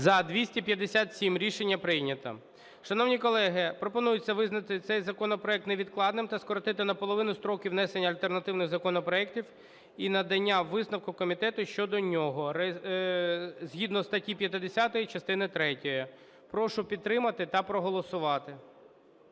За-257 Рішення прийнято. Шановні колеги, пропонується визнати цей законопроект невідкладним та скоротити наполовину строки внесення альтернативних законопроектів і надання висновку комітету щодо нього згідно статті 50 частини третьої. Прошу підтримати та проголосувати.